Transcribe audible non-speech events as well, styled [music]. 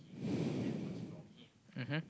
[breath] mmhmm